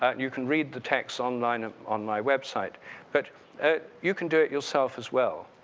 ah you can read the text online on my website but you can do it yourself, as well.